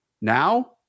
Now